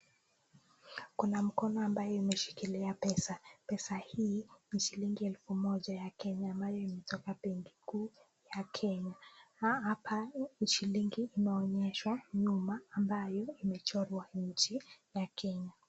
Kuna mkono ambayo imeshikilia pesa. Pesa hii ni shilingi elfu moja ya Kenya ambayo imetoka benki kuu ya Kenya. Hapa ni shilingi inaonyeshwa nyuma ambayo imechorwa nchi ya Kenya.